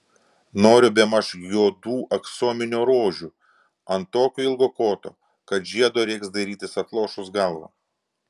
noriu bemaž juodų aksominių rožių ant tokio ilgo koto kad žiedo reiks dairytis atlošus galvą